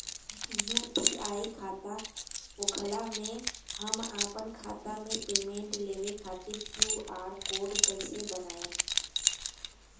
UPI खाता होखला मे हम आपन खाता मे पेमेंट लेवे खातिर क्यू.आर कोड कइसे बनाएम?